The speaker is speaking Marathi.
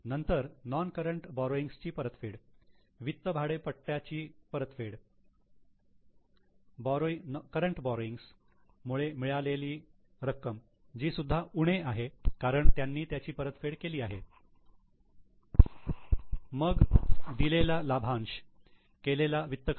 नंतर नोन करंट बोरोइंग्स ची परतफेड वित्त भाडेपट्टी ची परतफेड करंट बोरोइंग्स मुळे मिळालेली रक्कम जी सुद्धा उणे आहे कारण त्यांनी त्याची परतफेड केली आहे मग दिलेला लाभांश केलेला वित्त खर्च